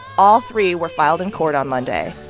all three were filed in court on monday.